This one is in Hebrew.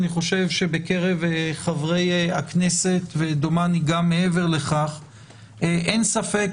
אני חושב שבקרב חברי הכנסת אין ספק